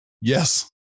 Yes